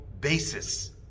basis